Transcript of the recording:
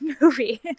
movie